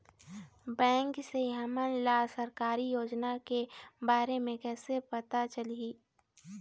Bank से हमन ला सरकारी योजना के बारे मे कैसे पता चलही?